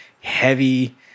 heavy